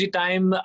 time